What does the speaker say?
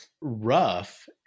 rough